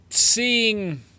Seeing